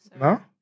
No